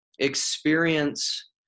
experience